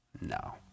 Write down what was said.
No